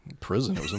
prison